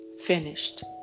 finished